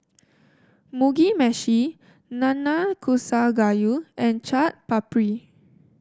Mugi Meshi Nanakusa Gayu and Chaat Papri